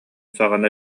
саҕана